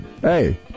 Hey